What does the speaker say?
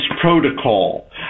protocol